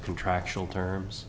contractual terms